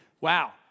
Wow